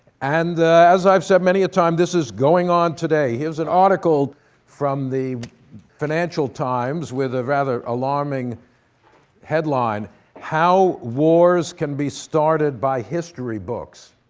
and as i've said many a time, this is going on today. here's an article from the financial times with a rather alarming headline how wars can be started by history textooks.